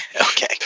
Okay